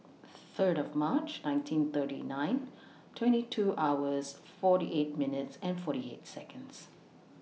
Third of March nineteen thirty nine twenty two hours forty eight minutes and forty eight Seconds